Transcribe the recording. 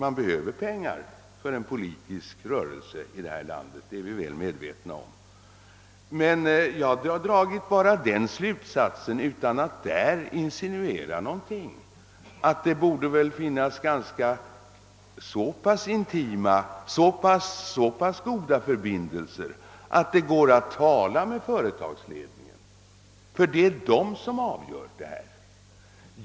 Man behöver pengar för en politisk rörelse i detta land, det är vi alla medvetna om. Men utan att insinuera något har jag dragit den slutsatsen, att det borde finnas så pass goda förbindelser att det går att tala med företagsledningen, ty det är den som avgör.